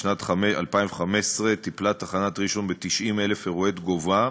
בשנת 2015 טיפלה תחנת ראשון ב-90,000 אירועי תגובה,